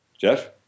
Jeff